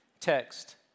text